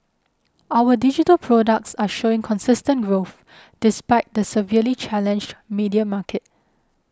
our digital products are showing consistent growth despite the severely challenged media market